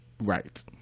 Right